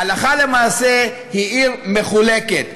הלכה למעשה היא עיר מחולקת.